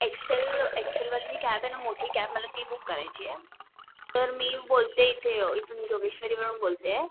Excel एक्सेलवाली जी cab आहे ना मोठी कॅब मला ती बुक करायची आहे तर मी बोलते आहे इथे इथून जोगेश्वरीवरून बोलते आहे